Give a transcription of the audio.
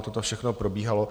Toto všechno probíhalo.